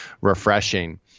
refreshing